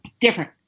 different